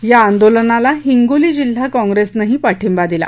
या आंदोलनाला हिंगोली जिल्हा कॉप्रेसनंही पाठिंबा दिला